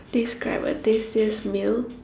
describe a tastiest meal